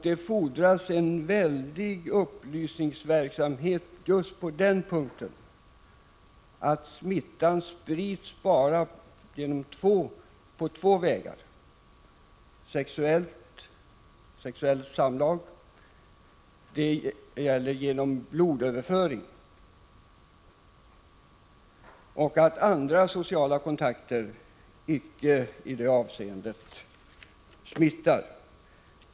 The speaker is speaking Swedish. Det fordras en enormt omfattande upplysningsverksamhet om just det förhållandet att smittan sprids bara på två vägar, nämligen genom sexuellt umgänge och genom blodkontakt, och att den icke sprids på några andra sätt.